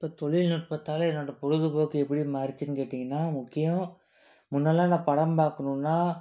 இப்போ தொழில் நுட்பத்தால் என்னோடய பொழுதுபோக்கு எப்படி மாறுச்சின்னு கேட்டிங்கன்னா முக்கியம் முன்னெல்லாம் நான் படம் பார்க்கணும்னா